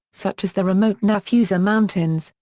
such as the remote nafusa mountains,